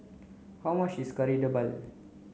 how much is Kari Debal